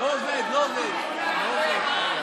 שתקבע ועדת הכנסת נתקבלה.